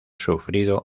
sufrido